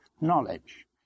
knowledge